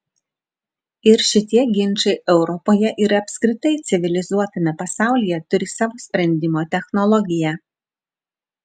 ir šitie ginčai europoje ir apskritai civilizuotame pasaulyje turi savo sprendimo technologiją